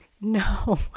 no